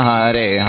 Hare